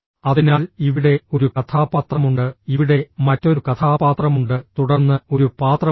അതിനാൽ ഇവിടെ ഒരു കഥാപാത്രമുണ്ട് ഇവിടെ മറ്റൊരു കഥാപാത്രമുണ്ട് തുടർന്ന് ഒരു പാത്രമുണ്ട്